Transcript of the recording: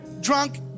drunk